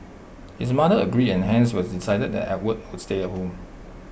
his mother agreed and hence IT was decided that Edward would stay at home